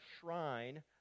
shrine